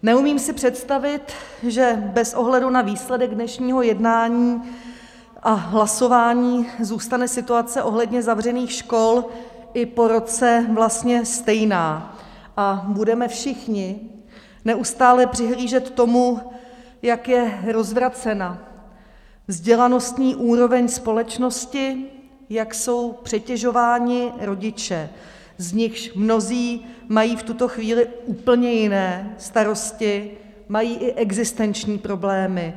Neumím si představit, že bez ohledu na výsledek dnešního jednání a hlasování zůstane situace ohledně zavřených škol i po roce vlastně stejná a budeme všichni neustále přihlížet tomu, jak je rozvracena vzdělanostní úroveň společnosti, jak jsou přetěžováni rodiče, z nichž mnozí mají v tuto chvíli úplně jiné starosti, mají i existenční problémy.